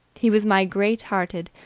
he was my great-hearted,